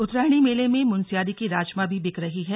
उत्तरायणी मेले में मुनस्यारी की राजमा भी बिक रही है